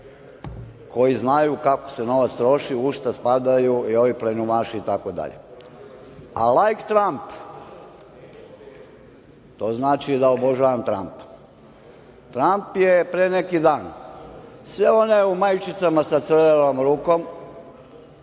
koji znaju kako se novac troši, u šta spadaju i ovi plenumaši itd.A lajk Tramp, to znači da obožavam Trampa. Tramp je pre neki dan sve one u majičicama sa crvenom rukom